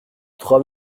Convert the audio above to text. trois